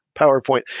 PowerPoint